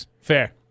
Fair